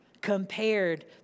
compared